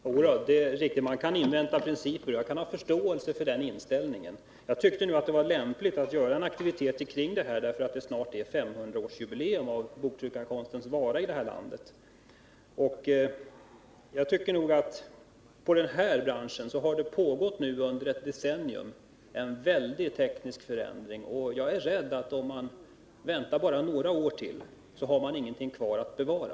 Herr talman! Ja, det är riktigt att man kan invänta principer, och jag kan ha förståelse för den inställningen. Jag tyckte att det nu var lämpligt med en aktivitet i denna fråga, eftersom det snart är 500-årsjubileum för boktryckarkonsteni detta land. Inom denna bransch har det nu i ett decennium pågått en väldig teknisk förändring, och jag är rädd för att om man väntar bara ytterligare några år så har man ingenting kvar att bevara.